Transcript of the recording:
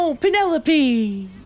Penelope